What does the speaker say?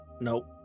Nope